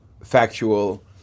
factual